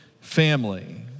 family